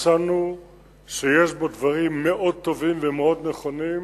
מצאנו שיש בו דברים טובים מאוד ונכונים מאוד,